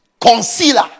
Concealer